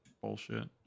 bullshit